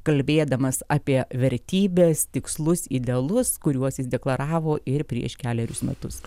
kalbėdamas apie vertybes tikslus idealus kuriuos jis deklaravo ir prieš kelerius metus